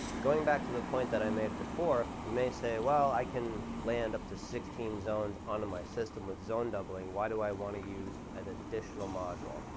going back to the point that i made before, you may say, well, i can land up to sixteen zones onto my system with zone doubling. why do i want to use an additional module?